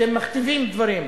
אתם מכתיבים דברים,